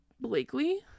blakely